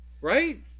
right